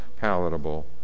palatable